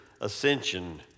ascension